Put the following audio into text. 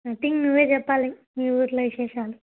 nothing నువ్వే చెప్పాలి మీ ఊళ్ళో విశేషాలు